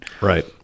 Right